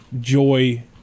joy